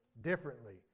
differently